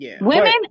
women